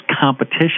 competition